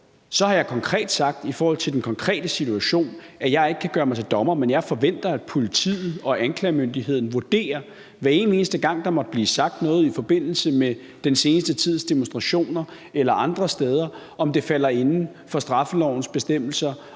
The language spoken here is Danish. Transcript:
har jeg konkret sagt i forhold til den konkrete situation, at jeg ikke kan gøre mig til dommer, men jeg forventer, at politiet og anklagemyndigheden vurderer, hver evig eneste gang der måtte blive sagt noget i forbindelse med den seneste tids demonstrationer eller andre steder, om det falder inden for straffelovens bestemmelser